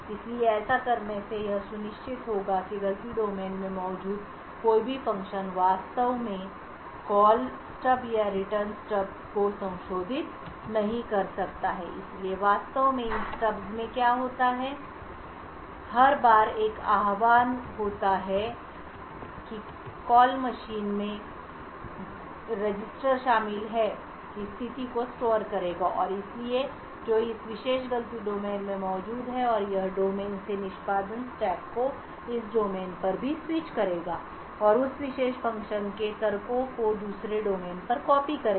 इसलिए ऐसा करने से यह सुनिश्चित होगा कि गलती डोमेन में मौजूद कोई भी फ़ंक्शन वास्तव में कॉल स्टब और रिटर्न स्टब को संशोधित नहीं कर सकता है इसलिए वास्तव में इन स्टब्स में क्या होता है हर बार एक आह्वान होता है कि कॉल मशीन में रजिस्टरों शामिल हैं की स्थिति को स्टोर करेगा और इसलिए जो इस विशेष गलती डोमेन में मौजूद है और यह इस डोमेन से निष्पादन स्टैक को इस डोमेन पर भी स्विच करेगा और उस विशेष फ़ंक्शन के तर्कों को दूसरे डोमेन पर कॉपी करेगा